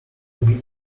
bit